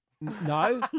No